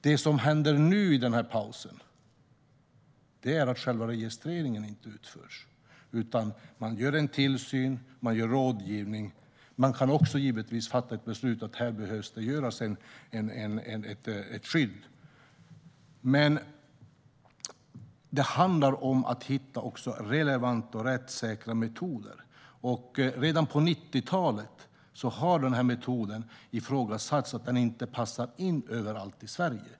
Det som händer nu i pausen är att själva registreringen inte utförs, utan man gör en tillsyn och man bistår med rådgivning. Man kan givetvis också fatta ett beslut om att det behöver finnas ett skydd. Det handlar också om att hitta relevanta och rättssäkra metoder. Redan på 90-talet ifrågasattes metoden eftersom den inte ansågs passa in överallt i Sverige.